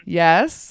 yes